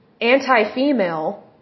anti-female